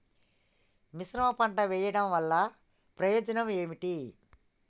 మిశ్రమ పంట వెయ్యడం వల్ల ప్రయోజనం ఏమిటి?